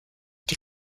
die